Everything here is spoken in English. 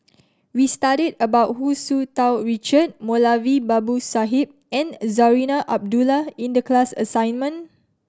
we studied about Hu Tsu Tau Richard Moulavi Babu Sahib and Zarinah Abdullah in the class assignment